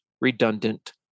redundant